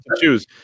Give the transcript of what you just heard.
choose